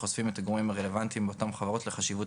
שחושפים את הגורמים הרלוונטיים באותן חברות לחשיבות